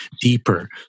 deeper